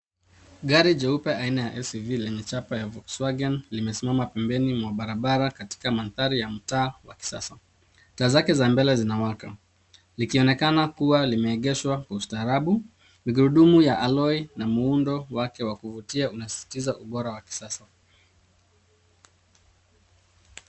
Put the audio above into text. Gari jeupe aina ya SUV lenye chapa ya Volkswagen limesimama pembeni mwa barabara katika mandhari ya mtaa wa kisasa. Taa zake za mbele zinawaka likionekana kuwa limeegeshwa kwa ustaarabu. Magurudumu ya aloi na muundo wake wa kuvutia unasisitiza ubora wa kisasa.